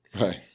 Right